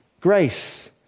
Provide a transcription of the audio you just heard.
grace